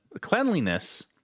cleanliness